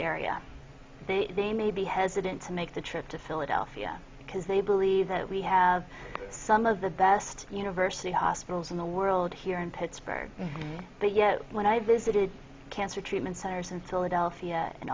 area they may be hesitant to make the trip to philadelphia because they believe that we have some of the best university hospitals in the world here in pittsburgh but yet when i visited cancer treatment centers and philadelphia and